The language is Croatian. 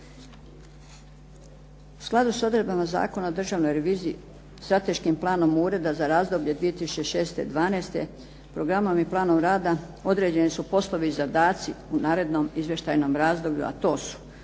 U skladu s odredbama Zakona o državnoj reviziji, Strateškim planom ureda za razdoblje 2006.-2012. programom i planom rada, određeni su poslovi i zadaci u narednom izvještajnom razdoblju, a to su: